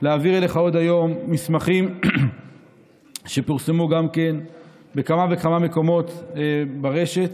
להעביר אליך עוד היום מסמכים שפורסמו בכמה וכמה מקומות ברשת